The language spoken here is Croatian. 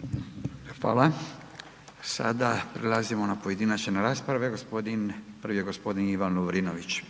Furio (Nezavisni)** Hvala. Sada prelazimo na pojedinačne rasprave. Prvi je gospodin Ivan Lovrinović.